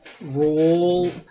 Roll